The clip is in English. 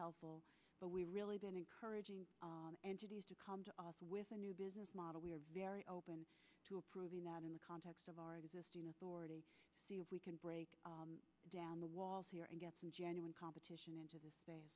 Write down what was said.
helpful but we really been encouraging entities to come to us with a new business model we are very open to approving that in the context of our existing authority if we can break down the walls here and get some genuine competition into